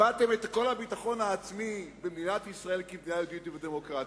איבדתם את כל הביטחון העצמי במדינת ישראל כמדינה יהודית ודמוקרטית.